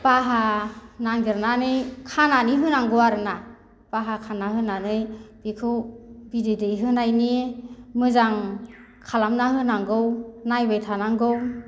बाहा नागिरनानै खानानै होनांगौ आरोना बाहा खाना होनानै बेखौ बिदै दैहोनायनि मोजां खालामना होनांगौ नायबाय थानांगौ